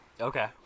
Okay